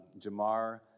Jamar